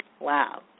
Wow